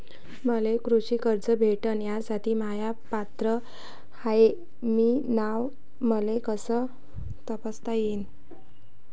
मले कृषी कर्ज भेटन यासाठी म्या पात्र हाय की नाय मले कस तपासता येईन?